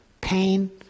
pain